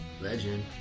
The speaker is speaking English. Legend